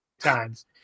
times